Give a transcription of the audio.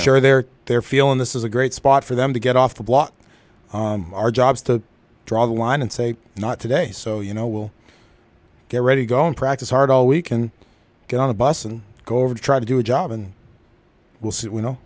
sure they're they're feeling this is a great spot for them to get off the block our jobs to draw the line and say not today so you know we'll get ready to go in practice hard all we can get on a bus and go over to try to do a job and we'll see